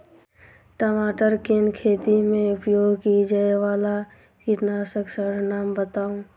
टमाटर केँ खेती मे उपयोग की जायवला कीटनासक कऽ नाम बताऊ?